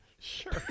Sure